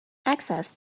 access